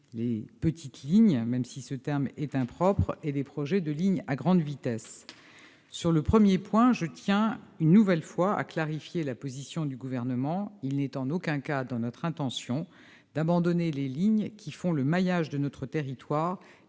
les « petites lignes », même si ce terme est impropre, et les projets de lignes à grande vitesse. Sur le premier point, je tiens une nouvelle fois à clarifier la position du Gouvernement : il n'est en aucun cas dans notre intention d'abandonner les lignes qui font le maillage de notre territoire